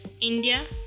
India